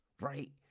right